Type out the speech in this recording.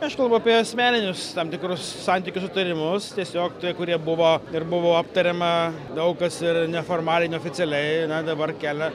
aš kalbu apie asmeninius tam tikrus santykius sutarimus tiesiog tie kurie buvo ir buvo aptariama daug kas ir neformaliai neoficialiai na dabar kelia